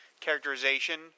characterization